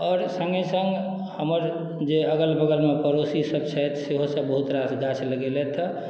आओर संगे संग हमर जे अगल बगल मे पड़ोसी सब छथि सेहो सब बहुत रास गाछ लगेलैथ हँ